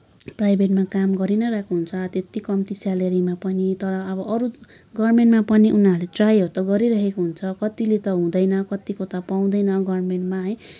प्राइभेटमा काम गरि नै रहेको हुन्छ त्यति कम्ती सेलेरीमा पनि तर अब अरू गभर्मेन्टमा पनि उनीहरूले ट्राईहरू त गरिरेहेको हुन्छ कतिले त हुँदैन कतिले त पाउँदैन गभर्मेन्टमा है